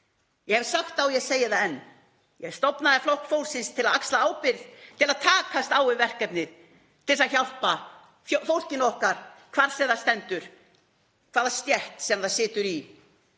Ég hef sagt það og ég segi það enn: Ég stofnaði Flokk fólksins til að axla ábyrgð, til að takast á við verkefnið, til að hjálpa fólkinu okkar, hvar sem það stendur, hvaða stétt sem það situr í.